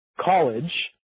college